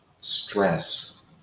stress